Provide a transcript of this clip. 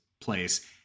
place